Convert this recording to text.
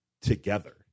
together